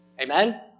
Amen